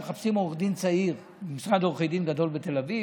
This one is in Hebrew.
הייתה מודעה שמחפשים עורך דין צעיר במשרד עורכי דין גדול בתל אביב,